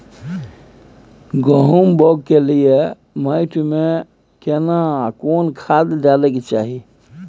गहुम बाग के लिये माटी मे केना कोन खाद डालै के चाही?